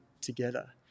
together